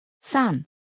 San